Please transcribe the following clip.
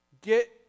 get